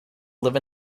live